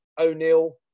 O'Neill